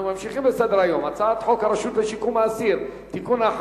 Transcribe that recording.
אנחנו ממשיכים בסדר-היום: הצעת חוק הרשות לשיקום האסיר (תיקון)